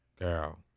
Girl